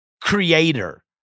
creator